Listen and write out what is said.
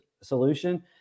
solution